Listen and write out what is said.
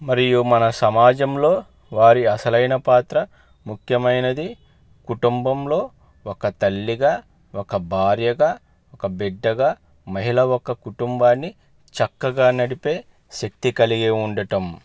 మరియు మన సమాజంలో వారి అసలైన పాత్ర ముఖ్యమైనది కుటుంబంలో ఒక తల్లిగా ఒక భార్యగా ఒక బిడ్డగా మహిళ ఒ కుటుంబాన్ని చక్కగా నడిపే శక్తి కలిగి ఉండడం